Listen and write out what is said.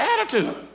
attitude